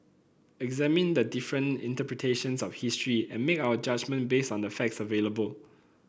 examine the different interpretations of history and make our judgement based on the facts available